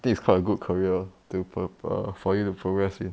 I think it's quite a good career to p~ pur~ pur~ for you to progress with